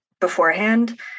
beforehand